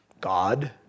God